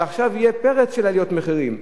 ועכשיו יהיה פרץ של עליות מחירים.